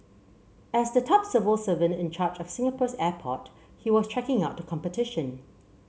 as the top civil servant in charge of Singapore's airport he was checking out the competition